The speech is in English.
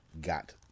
got